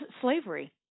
slavery